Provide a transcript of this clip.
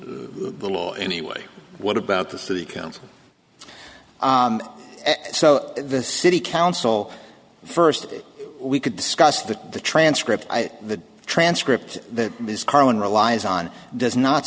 the law anyway what about the city council so the city council first we could discuss that the transcript the transcript that is carlin relies on does not